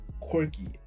quirky